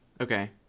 Okay